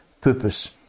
purpose